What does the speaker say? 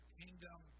kingdom